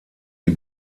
die